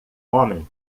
homem